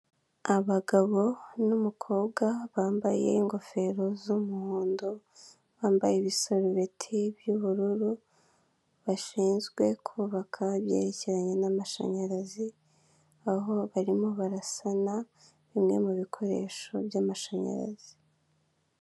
Abagabo n'umukobwa, bambaye ingofero z'umuhondo, bambaye ibisarubeti by'ubururu bashinzwe kubaka ibyerecyeranye n'amashanyarazi, aho barimo barasana bimwe mubikoresho by'amashanyarazi.